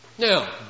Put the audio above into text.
Now